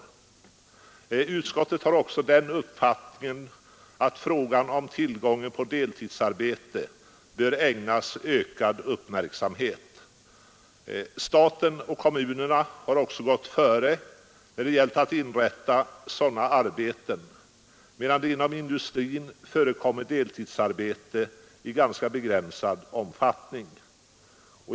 Också utskottet har den uppfattningen att frågan om tillgången på deltidsarbete bör ägnas ökad uppmärksamhet. Staten och kommunerna har gått före när det gällt att inrätta sådana arbeten, medan deltidsarbete inom industrin förekommit i ganska begränsad omfattning.